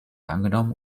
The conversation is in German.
angenommen